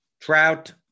Trout